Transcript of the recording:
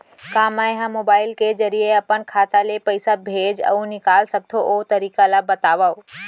का मै ह मोबाइल के जरिए अपन खाता ले पइसा भेज अऊ निकाल सकथों, ओ तरीका ला बतावव?